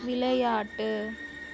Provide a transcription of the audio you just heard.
விளையாட்டு